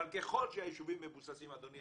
אבל ככל שהיישובים מבוססים אדוני,